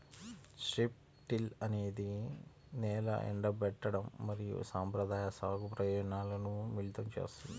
strip till అనేది నేల ఎండబెట్టడం మరియు సంప్రదాయ సాగు ప్రయోజనాలను మిళితం చేస్తుంది